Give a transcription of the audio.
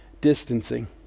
distancing